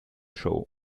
show